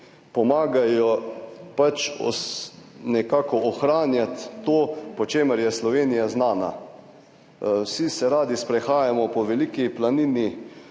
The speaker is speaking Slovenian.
pomagajo pač nekako ohranjati to, po čemer je Slovenija znana. Vsi se radi sprehajamo po Veliki planini,